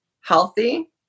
healthy